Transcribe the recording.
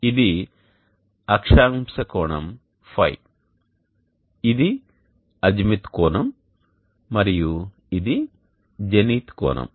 ఇది అక్షాంశ కోణం ϕ ఇది అజిముత్ కోణం మరియు ఇది జెనిత్ కోణం